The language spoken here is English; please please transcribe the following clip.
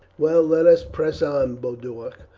well, let us press on, boduoc.